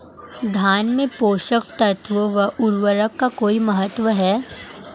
धान में पोषक तत्वों व उर्वरक का कोई महत्व है?